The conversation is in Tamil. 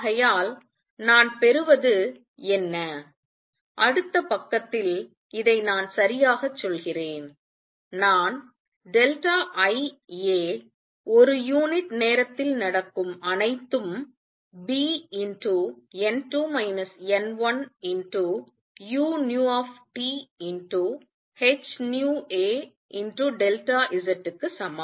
ஆகையால் நான் பெறுவது என்ன அடுத்த பக்கத்தில் இதை நான் சரியாகச் சொல்கிறேன் நான் I aஒரு யூனிட் நேரத்தில் நடக்கும் அனைத்தும் Bn2 n1uThνaZ க்கு சமம்